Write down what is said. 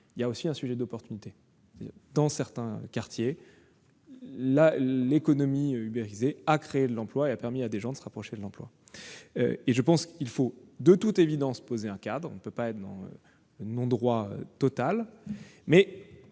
il y a aussi un gisement d'opportunités ; dans certains quartiers, l'économie ubérisée a créé de l'emploi et a permis à des gens de se rapprocher de l'emploi. De toute évidence, il faut poser un cadre- on ne peut pas être dans le non-droit total -, mais